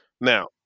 Now